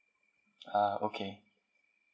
ah okay